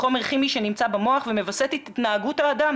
חומר כימי שנמצא במוח ומווסת את התנהגות האדם